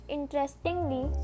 Interestingly